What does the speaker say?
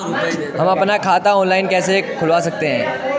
हम अपना खाता ऑनलाइन कैसे खुलवा सकते हैं?